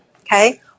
okay